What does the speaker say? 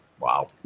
Wow